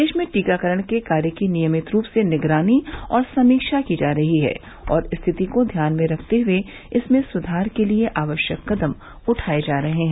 देश में टीकाकरण के कार्य की नियमित रूप से निगरानी और समीक्षा की जा रही है और स्थिति को ध्यान में रखते हुए इसमें सुधार के लिए आवश्यक कदम उठाए जा रहे हैं